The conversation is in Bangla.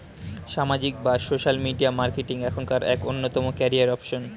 সামাজিক বা সোশ্যাল মিডিয়া মার্কেটিং এখনকার এক অন্যতম ক্যারিয়ার অপশন